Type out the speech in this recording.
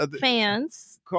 fans